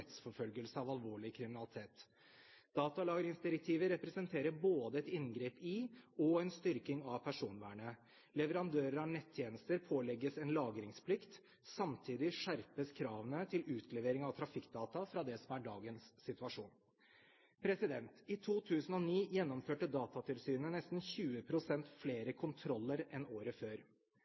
rettsforfølgelse av alvorlig kriminalitet. Datalagringsdirektivet representerer både et inngrep i og en styrking av personvernet. Leverandører av nettjenester pålegges en lagringsplikt, samtidig skjerpes kravene til utlevering av trafikkdata fra det som er dagens situasjon. I 2009 gjennomførte Datatilsynet nesten 20 pst. flere kontroller enn året før.